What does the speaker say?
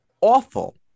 awful